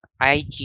IG